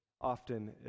often